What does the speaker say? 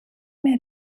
mehr